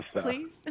please